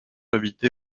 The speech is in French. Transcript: habité